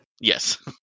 yes